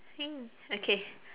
okay